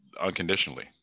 unconditionally